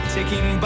Taking